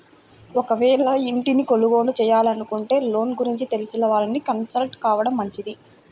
ఒకవేళ ఇంటిని కొనుగోలు చేయాలనుకుంటే లోన్ల గురించి తెలిసినోళ్ళని కన్సల్ట్ కావడం మంచిది